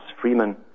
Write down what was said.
Freeman